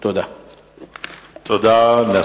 2. אם כן, מדוע?